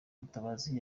mutabazi